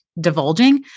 divulging